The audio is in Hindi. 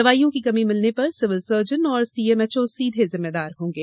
दवाइयों की कमी मिलने पर सिविल सर्जन और सीएमएचओ सीधे जिम्मेदार होंगे